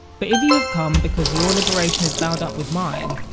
but if you have come because your liberation is bound up with mine,